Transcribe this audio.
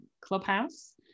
Clubhouse